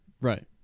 right